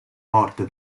morte